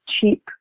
cheap